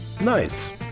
Nice